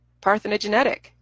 parthenogenetic